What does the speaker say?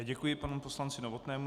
Děkuji panu poslanci Novotnému.